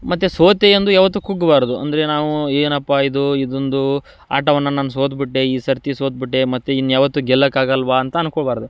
ಮತ್ತು ಸೋತೆಯೆಂದು ಯಾವತ್ತೂ ಕುಗ್ಗಬಾರ್ದು ಅಂದರೆ ನಾವು ಏನಪ್ಪಾ ಇದು ಇದೊಂದು ಆಟವನ್ನು ನಾನು ಸೋತುಬಿಟ್ಟೆ ಈ ಸರತಿ ಸೋತುಬಿಟ್ಟೆ ಮತ್ತೆ ಇನ್ನು ಯಾವತ್ತು ಗೆಲ್ಲೋಕ್ಕಾಗಲ್ವಾ ಅಂತ ಅಂದ್ಕೊಬಾರ್ದು